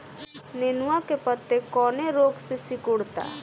नेनुआ के पत्ते कौने रोग से सिकुड़ता?